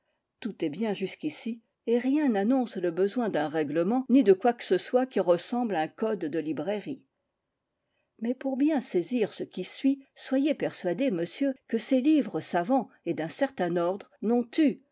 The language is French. tout est bien jusqu'ici et rien n'annonce le besoin d'un règlement ni de quoi que ce soit qui ressemble à un code de librairie mais pour bien saisir ce qui suit soyez persuadé monsieur que ces livres savants et d'un certain ordre n'ont eu